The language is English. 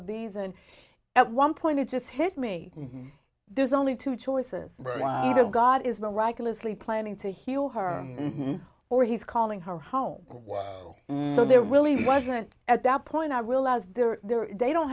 of these and at one point it just hit me there's only two choices either god is miraculously planning to heal her or he's calling her home was so there really wasn't at that point i realize they're there they don't